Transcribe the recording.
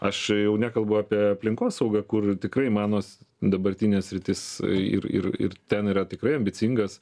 aš nekalbu apie aplinkosaugą kur tikrai mano s dabartinė sritis ir ir ir ten yra tikrai ambicingas